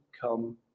come